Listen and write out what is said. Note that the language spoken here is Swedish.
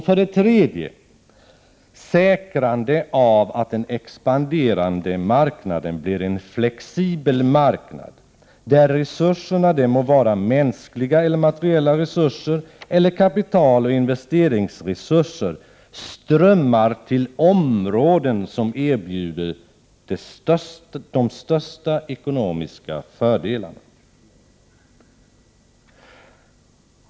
—- För det tredje säkrande av att den expanderande marknaden blir en flexibel marknad, där resurserna — det må vara mänskliga eller materiella resurser eller kapitaloch investeringsresurser — strömmar till områden som erbjuder de största ekonomiska fördelarna.